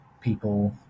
people